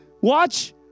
Watch